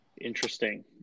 Interesting